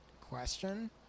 question